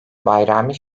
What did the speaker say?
bayrami